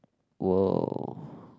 !wow!